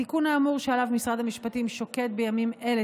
התיקון האמור שעליו משרד המשפטים שוקד בימים אלה